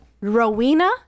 Rowena